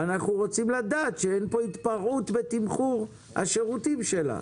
אנחנו רוצים לדעת שאין כאן התפרעות בתמחור השירותים שלה.